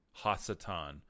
Hasatan